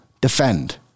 defend